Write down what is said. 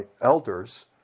elders